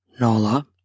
Nola